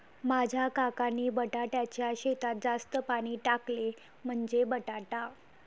माझ्या काकांनी बटाट्याच्या शेतात जास्त पाणी टाकले, म्हणजे बटाटा